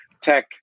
tech